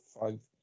five